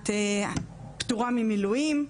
את פטורה ממילואים,